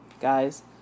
guys